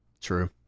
true